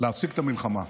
להפסיק את המלחמה,